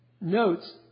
notes